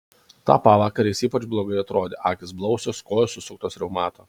tą pavakarę jis ypač blogai atrodė akys blausios kojos susuktos reumato